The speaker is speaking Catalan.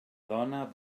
dona